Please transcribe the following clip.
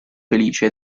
felice